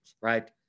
right